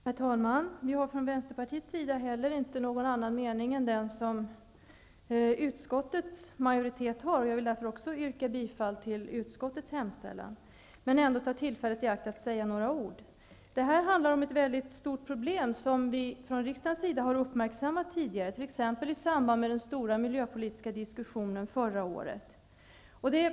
Herr talman! Vi har från Vänsterpartiet inte någon annan mening än den som utskottets majoritet har, och också jag vill därför yrka bifall till utskottets hemställan. Men jag vill ändå ta tillfället i akt att säga några ord. Detta betänkande handlar om ett väldigt stort problem, som vi från riksdagens sida har uppmärksammat tidigare, t.ex. i samband med den stora miljöpolitiska diskussionen förra året.